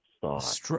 thought